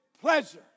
pleasure